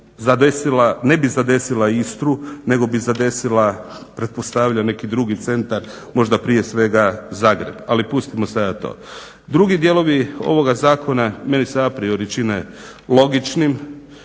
ne bi zadesila Istru, nego bi zadesila pretpostavljam neki drugi centar, možda prije svega Zagreb. Ali pustimo sada to. Drugi dijelovi ovoga zakona, meni se apriori čine logičnim,